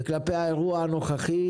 וביחס לאירוע הנוכחי